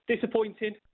disappointed